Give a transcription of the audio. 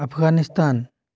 Afghanistan